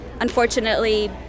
unfortunately